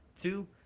two